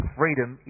freedom